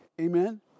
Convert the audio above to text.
Amen